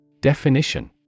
Definition